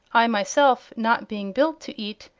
i myself, not being built to eat,